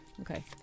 Okay